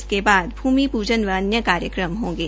इसक बाद भूमि पूजन व अन्य कार्यक्रम होंगे